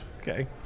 Okay